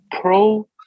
pro